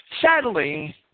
Sadly